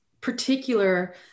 particular